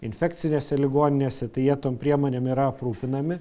infekcinėse ligoninėse tai jie tom priemonėm yra aprūpinami